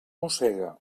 mossega